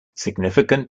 significant